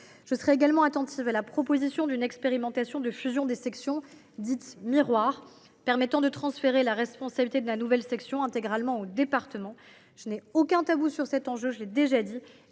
Je serai également attentive à la proposition d’une expérimentation de la fusion des sections dites miroirs, permettant de transférer la responsabilité de la nouvelle section intégralement au département. Je n’ai aucun tabou sur le sujet, comme j’ai déjà eu